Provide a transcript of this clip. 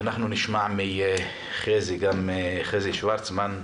אנחנו נשמע מחזי שוורצמן,